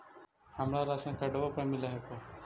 हमरा राशनकार्डवो पर मिल हको?